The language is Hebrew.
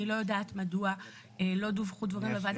אני לא יודעת מדוע לא דווחו דברים לוועדה.